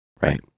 Right